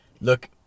Look